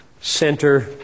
center